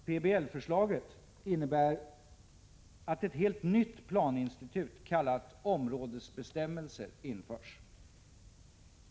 PBL-förslaget innebär att ett helt nytt planinstitut, kallat områdesbestämmelser, införs.